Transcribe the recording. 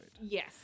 Yes